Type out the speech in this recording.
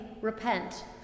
REPENT